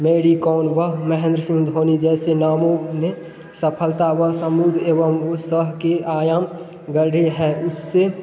मेरी कॉम व महेंद्र सिंह धोनी जैसे नाम ने सफलता व समूह एवं उत्साह के आयाम गढ़े हैं उससे